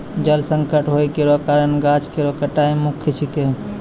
जल संकट होय केरो कारण गाछ केरो कटाई मुख्य छिकै